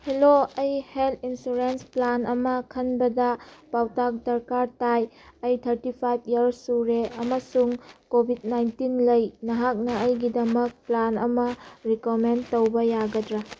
hello ꯑꯩ health insurance plan ꯑꯃ ꯈꯟꯕꯗ ꯄꯥꯎꯇꯥꯛ ꯗꯔꯀꯥꯔ ꯇꯥꯏ ꯑꯩ ꯊꯥꯔꯇꯤ ꯐꯥꯏꯚ ꯏꯌꯔꯁ ꯁꯨꯔꯦ ꯑꯃꯁꯨꯡ ꯀꯣꯕꯤꯠ ꯅꯥꯏꯟꯇꯤꯟ ꯂꯩ ꯅꯍꯥꯛꯅ ꯑꯩꯒꯤꯗꯃꯛ ꯄ꯭ꯂꯥꯟ ꯑꯃ ꯔꯤꯀꯣꯃꯦꯟ ꯇꯧꯕ ꯌꯥꯒꯗ꯭ꯔꯥ